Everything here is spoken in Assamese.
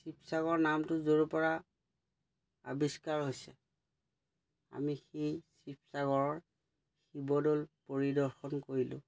শিৱসাগৰ নামটো য'ৰ পৰা আৱিষ্কাৰ হৈছে আমি সেই শিৱসাগৰৰ শিৱদৌল পৰিদৰ্শন কৰিলোঁ